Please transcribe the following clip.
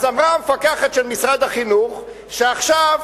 אז אמרה המפקחת של משרד החינוך שעכשיו